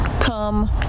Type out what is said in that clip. come